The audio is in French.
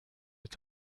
est